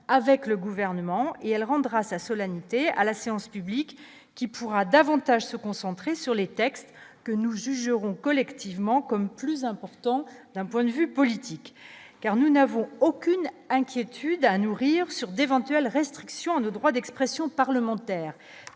avec le gouvernement et elle rendra sa solennité à la séance publique qui pourra davantage se concentrer sur les textes que nous jugerons collectivement comme plus important d'un point de vue politique car nous n'avons aucune inquiétude à nourrir sur d'éventuelles restrictions de droits d'expression parlementaire,